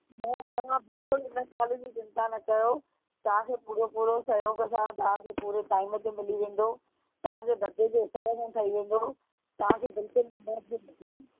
न तव्हां बिल्कुलु हुन ॻाल्हियुनि जी चिंता न कयो तव्हां खे पूरो पूरो सहयोग असांजो तव्हां खे पूरे टाइम ते मिली वेंदो तव्हां जे बजेट सां हिसाब सां ठही वेंदो तव्हां खे बिल्कुलु